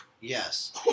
Yes